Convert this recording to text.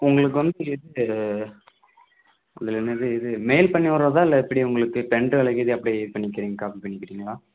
உங்களுக்கு வந்து இது அதில் என்னது இது மெயில் பண்ணி விடுறதா இல்லை எப்படி உங்களுக்கு பென்ட்ரைவ்வில் இருக்கறதை அப்படியே இது பண்ணிக்கிறீங்க காப்பி பண்ணிக்கிறீங்களா